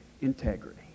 integrity